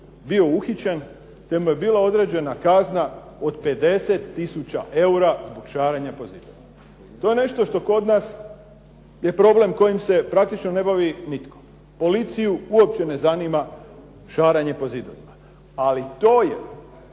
bio uhićen, te mu je bila određena kazna od 50000 eura zbog šaranja po zidovima. To je nešto što kod nas je problem kojim se praktično ne bavi nitko. Policiju uopće ne zanima šaranje po zidovima, ali to je